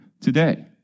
today